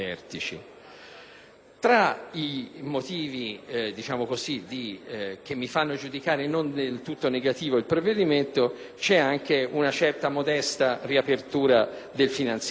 Tra i motivi che mi fanno giudicare non del tutto negativo il provvedimento c'è anche una certa, modesta, riapertura del finanziamento.